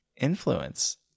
influence